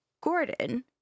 Gordon